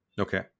Okay